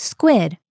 Squid